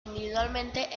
individualmente